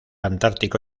antártico